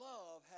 Love